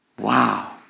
wow